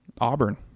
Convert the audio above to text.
Auburn